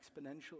exponentially